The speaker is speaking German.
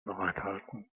bereithalten